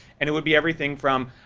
and it would be everything from,